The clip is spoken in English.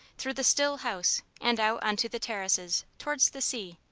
through the still house and out on to the terraces, towards the sea.